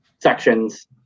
sections